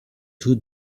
two